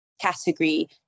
category